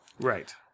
Right